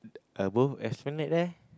uh both Esplanade leh